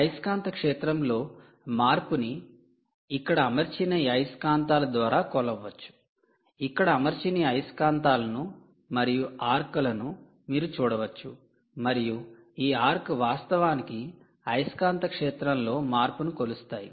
అయస్కాంత క్షేత్రం లో మార్పును ఇక్కడ అమర్చిన ఈ అయస్కాంతాల ద్వారా కొలవవచ్చు ఇక్కడ అమర్చిన ఈ అయస్కాంతాలను మరియు ఆర్క్ లను మీరు చూడవచ్చు మరియు ఈ ఆర్క్ వాస్తవానికి అయస్కాంత క్షేత్రం లో మార్పును కొలుస్తాయి